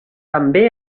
també